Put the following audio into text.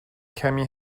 کمی